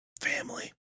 Family